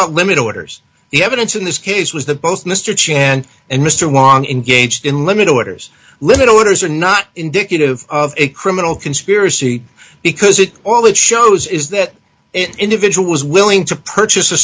about limit orders the evidence in this case was that both mr chen and mr wang engaged in limit orders limit orders are not indicative of a criminal conspiracy because it all it shows is that individual was willing to purchase a